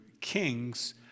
King's